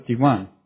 51